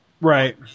Right